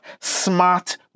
smart